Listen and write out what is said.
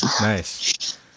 nice